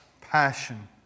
passion